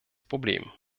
problem